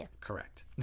Correct